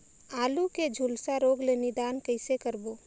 आलू के झुलसा रोग ले निदान कइसे करबो?